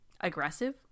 aggressive